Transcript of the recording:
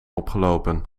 opgelopen